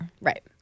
Right